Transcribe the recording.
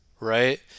Right